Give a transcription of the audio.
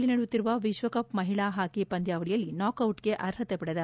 ಲಂಡನ್ನಲ್ಲಿ ನಡೆಯುತ್ತಿರುವ ವಿಶ್ವಕಪ್ ಮಹಿಳಾ ಹಾಕಿ ಪಂದ್ಯಾವಳಿಯಲ್ಲಿ ನಾಕ್ಡಿಟ್ಗೆ ಅರ್ಹತೆ ಪಡೆದ